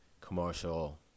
commercial